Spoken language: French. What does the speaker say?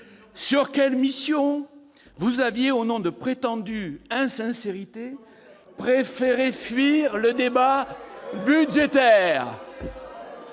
Sur quelles missions ?-, vous avez, au nom d'une prétendue insincérité, préféré fuir le débat budgétaire.